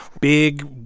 big